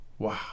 Wow